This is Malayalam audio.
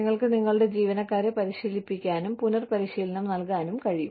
നിങ്ങൾക്ക് നിങ്ങളുടെ ജീവനക്കാരെ പരിശീലിപ്പിക്കാനും പുനർ പരിശീലനം നൽകാനും കഴിയും